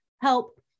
help